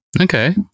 Okay